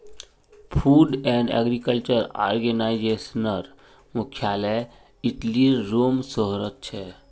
food and agriculture आर्गेनाईजेशनेर मुख्यालय इटलीर रोम शहरोत छे